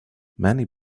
many